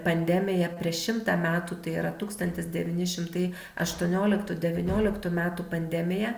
pandemiją prieš šimtą metų tai yra tūkstantis devyni šimtai aštuonioliktų devynioliktų metų pandemiją